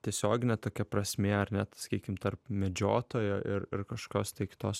tiesioginė tokia prasmė ar ne tai sakykim tarp medžiotojo ir ir kažkokios tai kitos